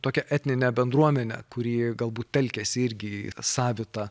tokią etninę bendruomenę kuri galbūt telkiasi irgi į savitą